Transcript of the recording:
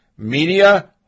Media